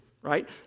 right